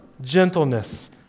gentleness